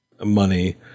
money